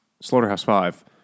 Slaughterhouse-Five